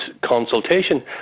consultation